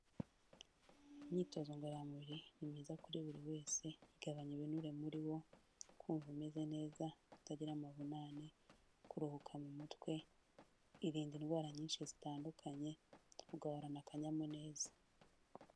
Imyitozo ngororamubiri ni myiza kuri buri wese igabanya ibinure muri bo, kumva umeze neza, kutagira amavunane, kuruhuka mu mutwe, irinda indwara nyinshi zitandukanye tugahorana akanyamuneza.